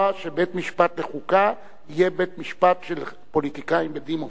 שבית-משפט לחוקה יהיה בית-משפט של פוליטיקאים בדימוס,